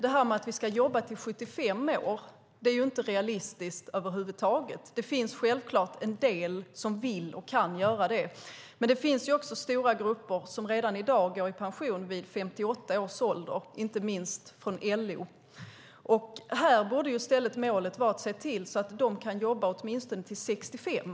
Detta med att vi ska jobba till 75 år är inte realistiskt över huvud taget. Det finns självklart en del som vill och kan göra det. Men det finns också stora grupper som redan i dag går i pension vid 58 års ålder, inte minst de från LO. Här borde i stället målet vara att se till att de kan jobba åtminstone till 65 år.